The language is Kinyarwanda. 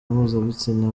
mpuzabitsina